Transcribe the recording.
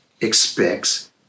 expects